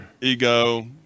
ego